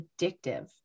addictive